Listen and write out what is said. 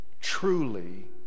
truly